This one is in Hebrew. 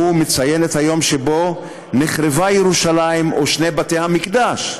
הוא מציין את היום שבו נחרבה ירושלים ושני בתי-המקדש.